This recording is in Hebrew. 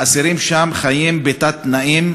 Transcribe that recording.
האסירים שם חיים בתת-תנאים,